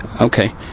Okay